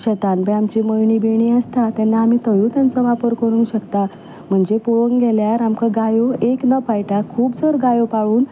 शेतांत बी आमची मळणी बिळणी आसता तेन्ना आमी थंयूय तांचो वापर करूंक शकता म्हणजे पळोवंक गेल्यार आमकां गायो एक न पाळटा खूब जर गायो पाळून